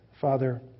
Father